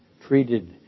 treated